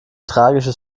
tragisches